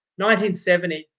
1970